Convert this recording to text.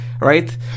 Right